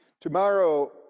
tomorrow